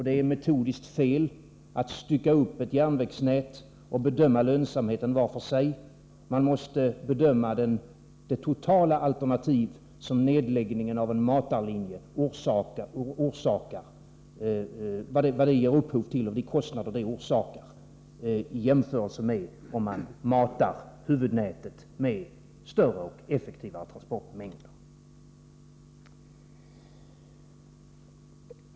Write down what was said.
Det är metodiskt fel att stycka upp ett järnvägsnät och bedöma lönsamheten var för sig. Man måste bedöma det totala alternativ som nedläggningen av en matarlinje ger upphov till och de kostnader den orsakar i jämförelse med om man matar huvudnätet med större och effektivare transportmedel.